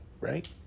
right